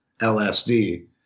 lsd